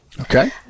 Okay